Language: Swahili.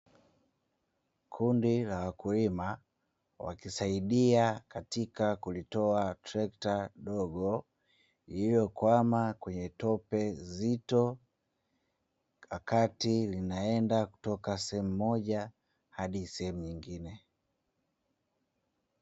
Kundi la wakulima wakisaidia katika kulitoa trekta dogo lililokwama kwenye tope zito, wakati linaenda kutoka sehemu moja hadi sehemu nyingine.